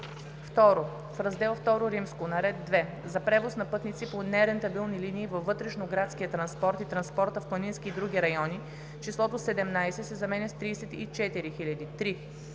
2. В Раздел II, на ред 2. За превоз на пътници по нерентабилни линии във вътрешноградския транспорт и транспорта в планински и други райони числото „17 000,0“ се заменя с „34